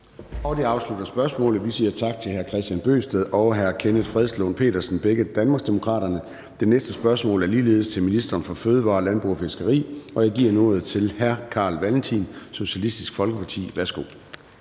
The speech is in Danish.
Det afslutter spørgsmålet. Vi siger tak til hr. Kristian Bøgsted og hr. Kenneth Fredslund Petersen, begge fra Danmarksdemokraterne. Det næste spørgsmål er ligeledes til ministeren for fødevarer, landbrug og fiskeri. Jeg giver nu ordet til hr. Carl Valentin, Socialistisk Folkeparti. Kl.